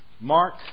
Mark